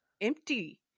empty